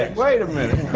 like wait a minute!